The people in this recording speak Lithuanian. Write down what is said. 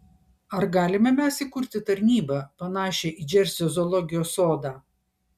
ar galime mes įkurti tarnybą panašią į džersio zoologijos sodą